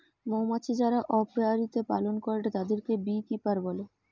মৌমাছি যারা অপিয়ারীতে পালন করেটে তাদিরকে বী কিপার বলে